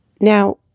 Now